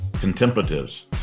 contemplatives